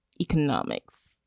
economics